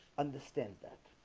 understand that